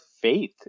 faith